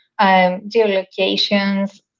geolocations